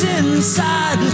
inside